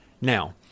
Now